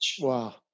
Wow